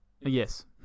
Yes